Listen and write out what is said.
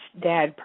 dad